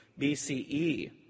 BCE